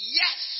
yes